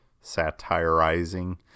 Satirizing